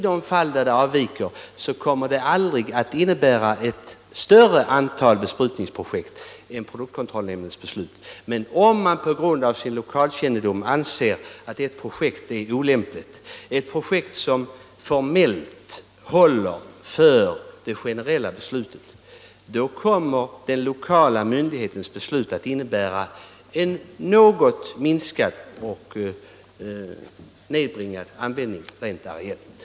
Det kommer aldrig att innebära ett större antal besprutningsprojekt. Om vederbörande myndighet på grund av sin lokala kännedom anser att ett projekt är olämpligt —- även om det rent formellt svarar mot det generella principbeslutet — kommer den lokala myndighetens beslut att innebära en något minskad och areellt nedbringad användning av fenoxisyror.